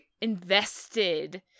invested